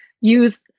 use